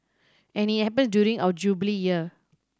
and it happens during our Jubilee Year